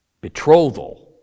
Betrothal